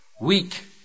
weak